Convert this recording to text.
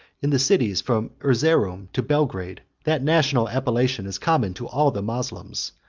in the cities, from erzeroum to belgrade, that national appellation is common to all the moslems,